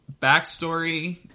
backstory